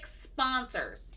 sponsors